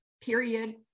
period